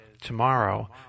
tomorrow